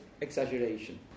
exaggeration